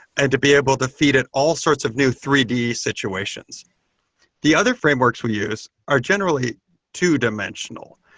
and to be able to feed it all sorts of new three d situations the other frameworks we use are generally two-dimensional.